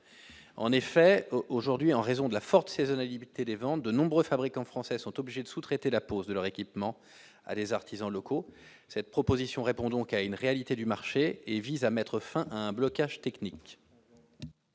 en effet aujourd'hui en raison de la forte saisonnalité des ventes de nombreux fabricants français sont obligés de sous-traiter la pose de leur équipement à des artisans locaux cette proposition répond donc à une réalité du marché et vise à mettre fin à un blocage technique.